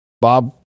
bob